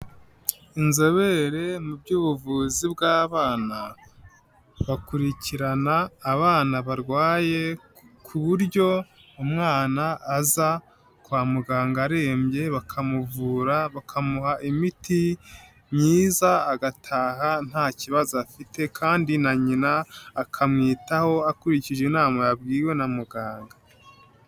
Inzobere mu by'ubuvuzi bw'abana bakurikirana abana barwaye ku buryo umwana aza kwa muganga arembye bakamuvura, bakamuha imiti myiza , agataha nta kibazo afite kandi na nyina akamwitaho akurikije inama yabwiwe na muganga.